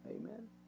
Amen